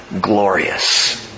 glorious